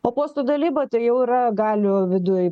o postų dalyba tai jau yra galių viduj